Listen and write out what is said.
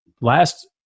Last